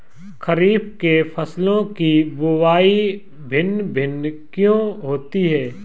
खरीफ के फसलों की बुवाई भिन्न भिन्न क्यों होती है?